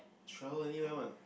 throw anywhere one